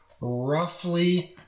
roughly